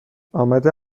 آمده